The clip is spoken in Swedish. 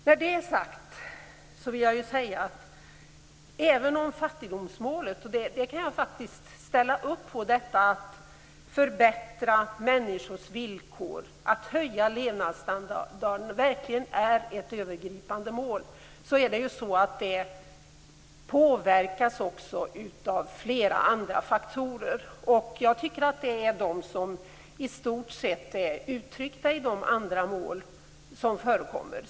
När det är sagt vill jag säga att även om fattigdomsmålet, dvs. att förbättra människors villkor och att höja deras levnadsstandard, verkligen är ett övergripande mål, påverkas det av flera andra faktorer. Jag tycker att det är dessa som i stort sett är uttryckta i de andra mål som förekommer.